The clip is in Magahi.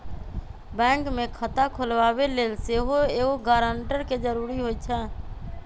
बैंक में खता खोलबाबे लेल सेहो एगो गरानटर के जरूरी होइ छै